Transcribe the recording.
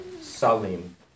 Salim